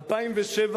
ב-2007,